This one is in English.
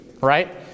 right